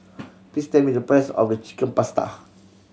please tell me the price of Chicken Pasta